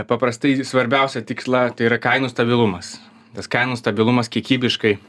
paprastai svarbiausią tikslą tai yra kainų stabilumas tas kainų stabilumas kiekybiškai